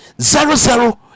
Zero-zero